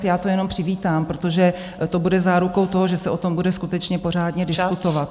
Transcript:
Já to jenom přivítám, protože to bude zárukou toho, že se o tom bude skutečně pořádně diskutovat.